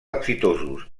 exitosos